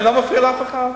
אני לא מפריע לאף אחד.